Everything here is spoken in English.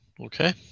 Okay